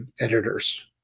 editors